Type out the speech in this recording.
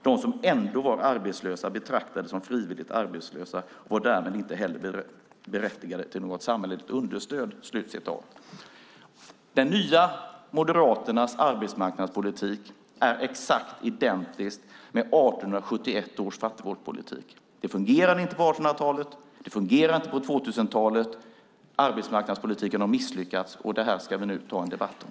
De som ändå var arbetslösa betraktades som frivilligt arbetslösa och var därmed inte heller berättigade till något samhälleligt understöd." De nya Moderaternas arbetsmarknadspolitik är exakt identisk med 1871 års fattigvårdspolitik. Det fungerade inte på 1800-talet och det fungerar inte på 2000-talet. Arbetsmarknadspolitiken har misslyckats. Detta ska vi nu ta en debatt om.